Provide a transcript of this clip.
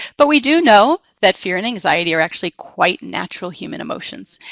but we do know that fear and anxiety are actually quite natural human emotions.